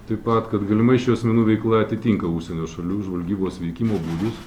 taip pat kad galimai šių asmenų veikla atitinka užsienio šalių žvalgybos veikimo būdus